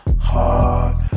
heart